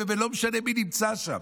ולא משנה מי נמצא שם.